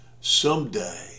someday